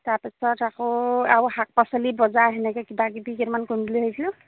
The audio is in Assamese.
তাৰপিছত আকৌ আৰু শাক পাচলি বজাৰ তেনেকৈ কিবা কিবি কেইটামান কৰিম বুলি ভাবিছিলোঁ